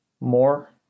more